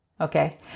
okay